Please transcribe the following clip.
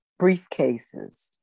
Briefcases